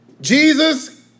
Jesus